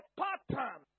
pattern